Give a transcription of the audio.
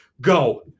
Go